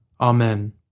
Amen